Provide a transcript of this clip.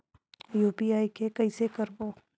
UPI के कइसे करबो?